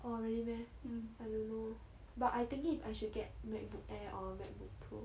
oh really meh I don't know but I thinking if I should get macbook air or macbook pro